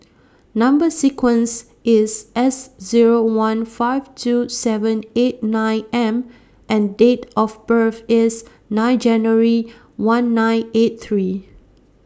Number sequence IS S Zero one five two seven eight nine M and Date of birth IS nine January one nine eight three